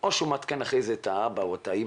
או שהוא מעדכן אחרי זה את האבא או את האמא,